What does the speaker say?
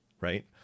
Right